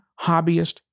hobbyist